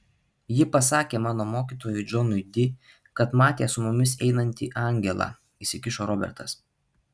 ji pasakė mano mokytojui džonui di kad matė su mumis einantį angelą įsikišo robertas